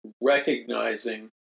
recognizing